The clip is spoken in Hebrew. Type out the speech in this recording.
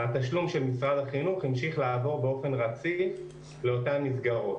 התשלום של משרד החינוך המשיך לעבור באופן רציף לאותן מסגרות.